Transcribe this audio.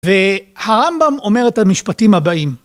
והרמב״ם אומר את המשפטים הבאים.